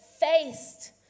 faced